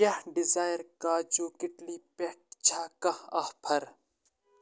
کیٛاہ ڈِزایَر کاجوٗ کِٹلی پٮ۪ٹھ چھےٚ کانٛہہ آفر